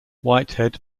whitehead